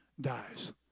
dies